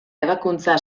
ebakuntza